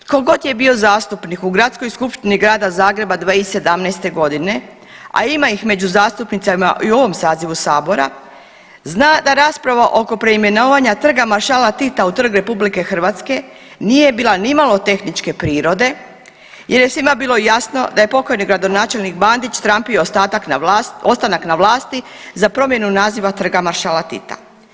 Tko god je bio zastupnik u Gradskoj skupštini Grada Zagreba 2017.g., a ima ih među zastupnicima i u ovom sazivu sabora, zna da rasprava oko preimenovanja Trga maršala Tita u Trg Republike Hrvatske nije bila nimalo tehničke prirode jer je svima bilo jasno da je pokojni gradonačelnik Bandić trampio ostanak na vlasti za promjenu naziva Trga maršala Tita.